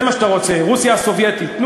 רוסיה הסובייטית.